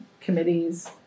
committees